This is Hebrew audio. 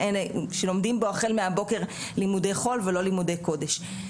שלומדים בו החל מהבוקר לימודי חול ולא לימודי קודש.